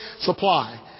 supply